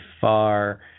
far